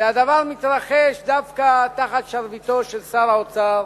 שהדבר מתרחש דווקא תחת שרביטו של שר האוצר